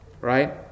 right